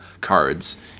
cards